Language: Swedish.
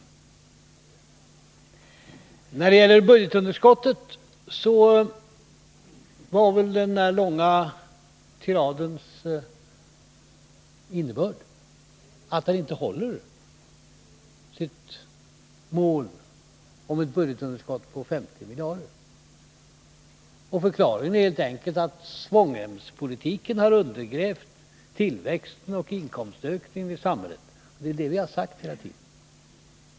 Innebörden av Rolf Wirténs långa tirad om budgetunderskottet var väl att han inte kommer att hålla målet om ett budgetunderskott på 50 miljarder. Förklaringen är helt enkelt att svångremspolitiken har undergrävt tillväxten och inkomstökningen i samhället — det är det vi har sagt hela tiden.